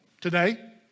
Today